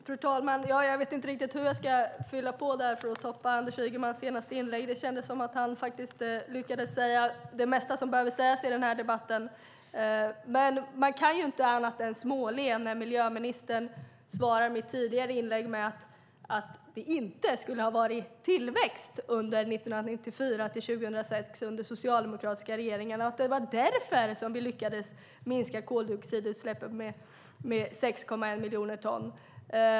Fru talman! Jag vet inte riktigt hur jag ska fylla på för att toppa Anders Ygemans senaste inlägg. Det kändes som om han lyckades säga det mesta som behöver sägas i den här debatten. Man kan inte annat än småle när miljöministern som svar på mitt tidigare inlägg säger att det inte skulle ha varit tillväxt under perioden 1994-2006 under socialdemokratiska regeringar och att det var därför vi lyckades minska koldioxidutsläppen med 6,1 miljoner ton.